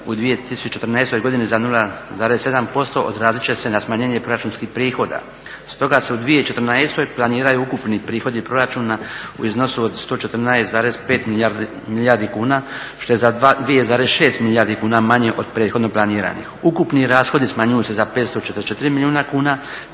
u 2014.godini za 0,7% odrazit će se na smanjene proračunskih prihoda. Stoga se u 2014. planiraju ukupni prihodi proračuna u iznosu od 114,5 milijardi kuna što je za 2,6 milijardi kuna manje od prethodno planiranih. Ukupni rashodi smanjuju se za 544 milijuna kuna